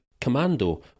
Commando